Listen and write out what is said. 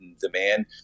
Demand